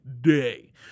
day